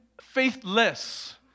faithless